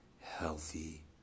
healthy